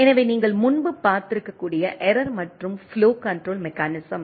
எனவே நீங்கள் முன்பு பார்த்திருக்கக்கூடிய எரர் மற்றும் ஃப்ளோ கண்ட்ரோல் மெக்கானிசம்